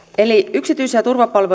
yksityisiä